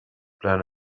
plan